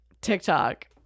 TikTok